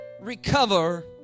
recover